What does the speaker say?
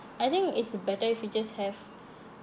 I think it's better if you just have